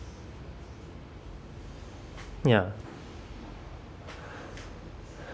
ya